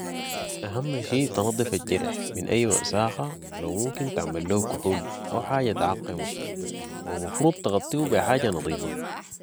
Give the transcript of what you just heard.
اهم شي تنضف الجرح من اي وساخة و لو ممكن تعمل ليو كحول او حاجة تعقمو و مفروض تغطيه بجاجة نضيفة